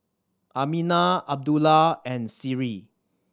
Aminah Abdullah and Seri